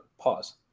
pause